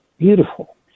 beautiful